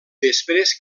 després